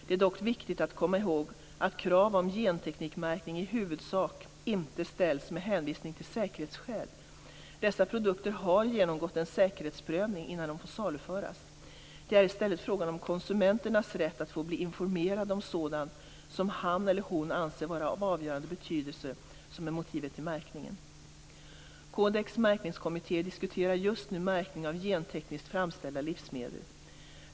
Det är dock viktigt att komma ihåg att krav om genteknikmärkning i huvudsak inte ställs med hänvisning till säkerhetsskäl. Dessa produkter har genomgått en säkerhetsprövning innan de får saluföras. Det är i stället fråga om konsumentens rätt att få bli informerad om sådant som han eller hon anser vara av avgörande betydelse som är motivet till märkningen. Codex märkningskommitté diskuterar just nu märkning av gentekniskt framställda livsmedel.